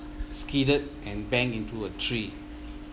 skidded and bang into a tree